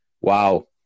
Wow